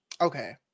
Okay